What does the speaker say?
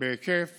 בהיקף